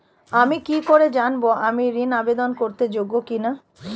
আমি কি করে জানব আমি ঋন আবেদন করতে যোগ্য কি না?